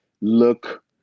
look